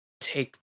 take